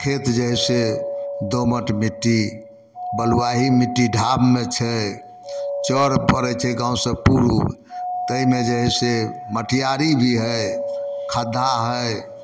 खेत जे है से दोमत मिट्टी बलुआही मिट्टी ढाबमे छै चौर परै छै गाँव सँ पूर्व ताहिमे जे है से मटयारी भी है खद्दा है